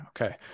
Okay